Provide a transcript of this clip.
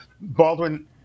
Baldwin